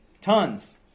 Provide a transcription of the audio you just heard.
Tons